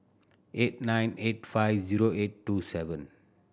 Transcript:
eight nine eight five zero eight two seven